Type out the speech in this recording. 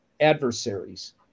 adversaries